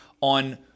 on